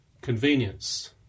convenience